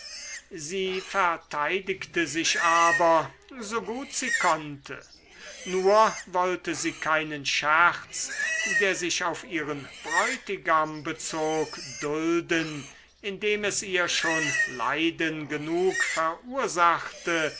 sie verteidigte sich aber so gut sie konnte nur wollte sie keinen scherz der sich auf ihren bräutigam bezog dulden indem es ihr schon leiden genug verursachte